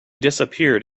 disappeared